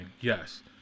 Yes